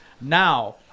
now